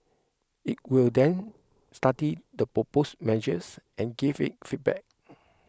it will then study the proposed measures and give its feedback